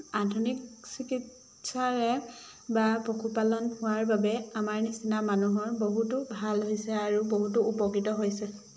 আধুনিক চিকিৎসাৰে বা পশুপালন হোৱাৰ বাবে আমাৰ নিচিনা মানুহৰ বহুতো ভাল হৈছে আৰু বহুতো উপকৃত হৈছে